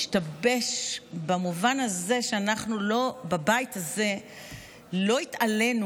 השתבש במובן הזה שאנחנו בבית הזה לא התעלינו.